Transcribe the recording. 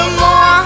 more